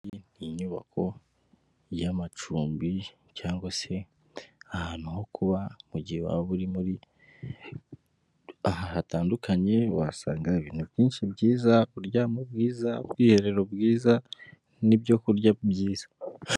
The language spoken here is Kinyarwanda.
Iyi ngiyi n'inyubako y'amacumbi cyangwa se ahantu ho kuba mu gihe waba uri muri aha hatandukanye, wasanga ibintu byinshi byiza, uburyamo bwiza, ubwiherero bwiza, n'ibyo kurya byiza.